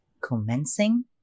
Commencing